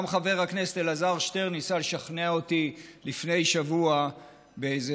גם חבר הכנסת אלעזר שטרן ניסה לשכנע אותי לפני שבוע באיזה